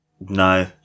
no